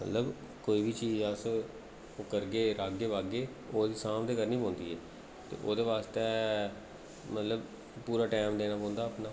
मतलब कोई बी चीज अस ओह् करगे राह्गे बाह्गे ओह्दी सांभ ते करनी पौंदी ऐ ते ओह्दे आस्तै मतलब पूरा टैम देना पौंदा अपना